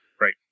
Right